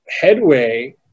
headway